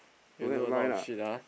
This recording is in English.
don't have line lah